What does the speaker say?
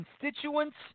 constituents